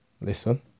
listen